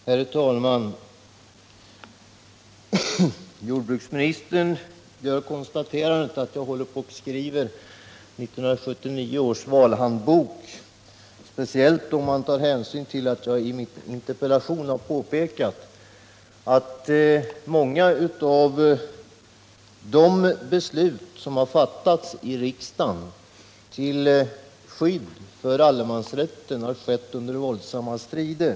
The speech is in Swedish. Herr talman! Jordbruksministern gör konstaterandet att jag håller på att skriva 1979 års valhandbok, speciellt sedan jag i min interpellation har påpekat att många av de beslut som fattats i riksdagen till skydd för allemansrätten har skett under våldsamma strider.